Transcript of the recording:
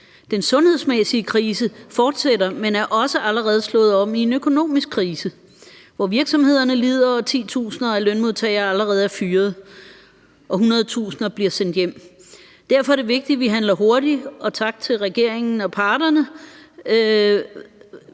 Den sundhedsmæssige krise fortsætter, men er også allerede slået om i en økonomisk krise, hvor virksomhederne lider og titusinder af lønmodtagere allerede er fyret og hundredtusinder bliver sendt hjem. Derfor er det vigtigt, at vi handler hurtigt. Tak til regeringen og parterne